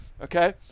Okay